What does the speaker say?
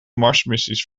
marsmissies